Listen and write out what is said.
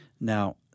Now